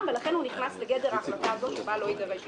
ולכן הוא נכנס לגדר ההחלטה הזאת שבה לא יידרש אישורו.